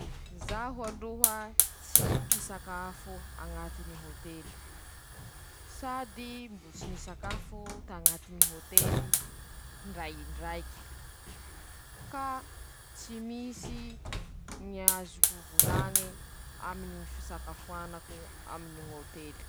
Ñy fomba hataon-tsika ahaizan-tsika mampifandanja ñy fiaiñan-tsika nohoñ'asan-tsika aminyñy fivoara henaniky zao moa :-ñy fahaizan-tsika mametsivetsy ñy hamaray nohoñy fakamaray ;manahaky anizay ñy fahaizan-tsika ñy mandamy ñy fotoan-tsika aminy ñ'asa nohoñy fiaiña ;manahaky anizay koa, ñy fahaizan-tsika mampiasa ñy fivoara ara-tekinôlôjy no aminy ñy fampandrosoa hienaniky zao.